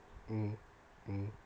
mm mm